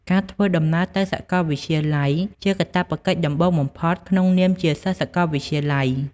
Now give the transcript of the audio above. ការធ្វើដំណើរទៅសាកលវិទ្យាល័យជាកាតព្វកិច្ចដំបូងបំផុតក្នុងនាមជា សិស្សសកលវិទ្យាល័យ។